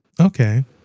Okay